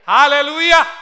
Hallelujah